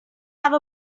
have